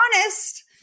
honest